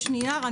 יש נייר.